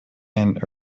and